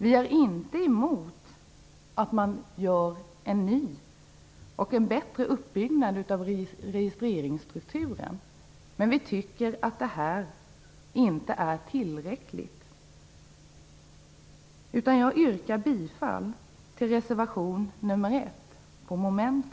Vi är inte emot att man gör en ny och bättre uppbyggnad av registreringsstrukturen, men vi tycker att detta inte är tillräckligt.